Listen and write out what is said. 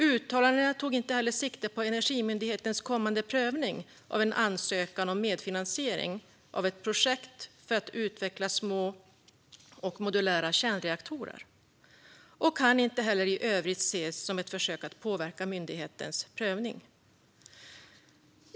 Uttalandena tog inte heller sikte på Energimyndighetens kommande prövning av en ansökan om medfinansiering av ett projekt för att utveckla små och modulära kärnreaktorer och kan inte heller i övrigt ses som ett försök att påverka myndighetens prövning.